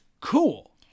cool